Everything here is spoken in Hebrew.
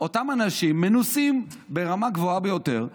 אותם אנשים מנוסים ברמה גבוהה ביותר,